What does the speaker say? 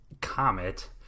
comet